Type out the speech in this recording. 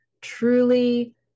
truly